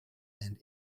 and